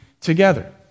together